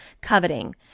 coveting